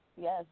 Yes